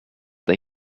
that